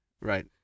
right